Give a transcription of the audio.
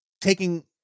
Taking